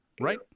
Right